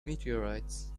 meteorites